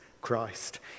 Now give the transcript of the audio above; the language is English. Christ